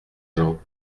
jean